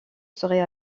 serait